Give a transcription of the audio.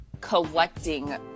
collecting